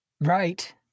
Right